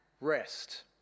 Rest